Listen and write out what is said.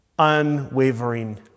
unwavering